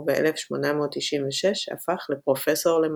וב-1896 הפך לפרופסור למתמטיקה.